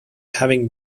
having